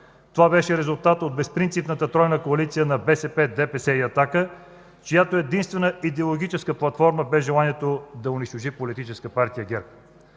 Това беше резултат от безпринципната тройна коалиция на БСП, ДПС и „Атака”, чиято единствена идеологическа платформа бе желанието да унищожи политическа партия ГЕРБ.